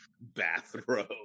bathrobe